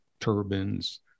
turbines